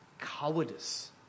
cowardice